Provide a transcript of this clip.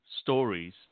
stories